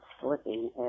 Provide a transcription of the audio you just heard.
slipping